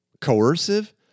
coercive